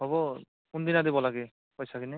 হ'ব কোনদিনা দিব লাগে পইচাখিনি